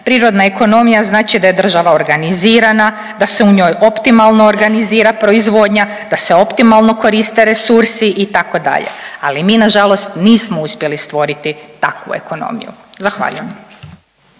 prirodna ekonomija znači da je država organizirana, da se u njoj optimalno organizira proizvodnja, da se optimalno koriste resursi itd., ali mi nažalost nismo uspjeli stvoriti takvu ekonomiju, zahvaljujem.